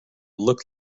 looked